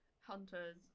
Hunter's